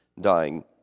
dying